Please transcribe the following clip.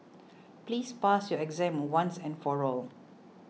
please pass your exam once and for all